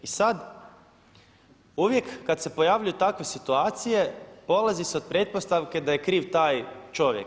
I sada uvijek kada se pojavljuju takve situacije polazi se od pretpostavke da je kriv taj čovjek.